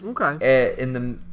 Okay